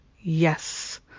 Yes